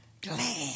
glad